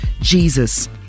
Jesus